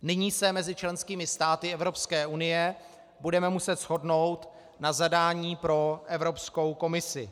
Nyní se mezi členskými státy Evropské unie budeme muset shodnout na zadání pro Evropskou komisi.